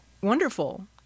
wonderful